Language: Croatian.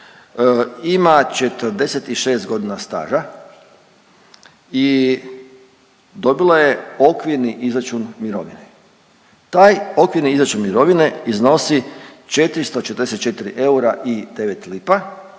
ima 46.g. staža i dobila je okvirni izračun mirovine. Taj okvirni izračun mirovine iznosi 444 eura i 9 lipa